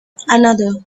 another